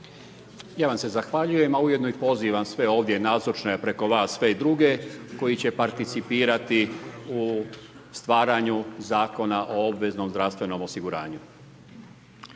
Ja vam se zahvaljujem, a ujedno i pozivam sve ovdje nazočne preko vas sve druge koji će participirati u stvaranju Zakona o obveznom zdravstvenom osiguranju.